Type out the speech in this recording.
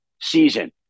season